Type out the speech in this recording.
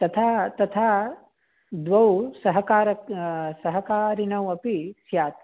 तथा तथा द्वौ सहकार सहकारिनौ अपि स्यात्